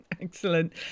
excellent